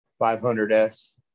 500S